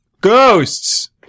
ghosts